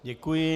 Děkuji.